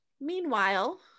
Meanwhile